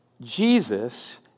Jesus